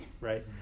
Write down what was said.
right